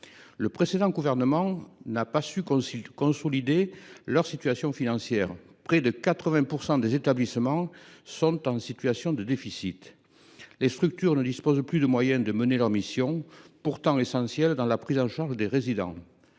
Le précédent gouvernement n’a pas su consolider la situation financière de ces établissements : près de 80 % d’entre eux sont en situation de déficit. Ces structures ne disposent plus des moyens de mener à bien leur mission, pourtant essentielle dans la prise en charge des résidents,